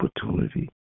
opportunity